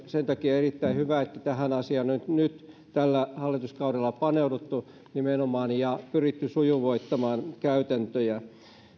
sen takia erittäin hyvä että nimenomaan tähän asiaan on nyt tällä hallituskaudella paneuduttu ja pyritty sujuvoittamaan käytäntöjä